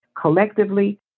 collectively